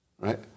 Right